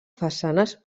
façanes